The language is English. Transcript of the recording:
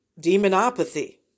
demonopathy